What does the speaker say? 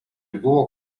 buvo